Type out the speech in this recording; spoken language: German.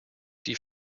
die